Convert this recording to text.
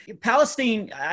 palestine